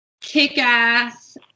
kick-ass